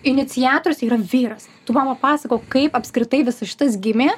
iniciatorius yra vyras tu man papasakok kaip apskritai visas šitas gimė